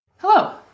Hello